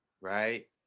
right